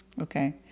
Okay